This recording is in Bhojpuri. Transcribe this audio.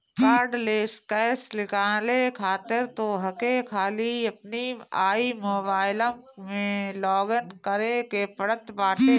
कार्डलेस कैश निकाले खातिर तोहके खाली अपनी आई मोबाइलम में लॉगइन करे के पड़त बाटे